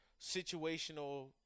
situational –